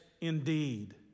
indeed